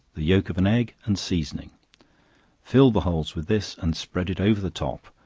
the yelk of an egg, and seasoning fill the holes with this, and spread it over the top,